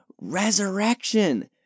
resurrection